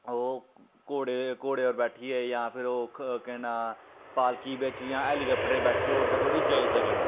ओह् घोड़े घोड़े पर बैठियै जां फिर ओह् केह् नांऽ पालकी बिच्च जां हैलीकप्टर बैठियै ओह् उद्धर धोड़ी जाई सकन